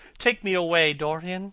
take me away, dorian